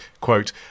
quote